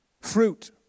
fruit